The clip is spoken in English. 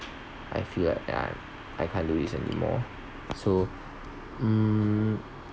I feel like I'm I can't do this anymore so hmm